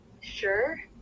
Sure